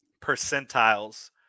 percentiles